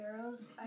arrows